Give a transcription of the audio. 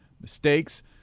mistakes